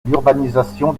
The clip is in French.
l’urbanisation